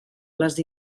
les